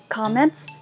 comments